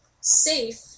safe